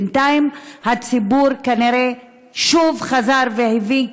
בינתיים הציבור כנראה שוב חזר והבין,